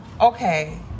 okay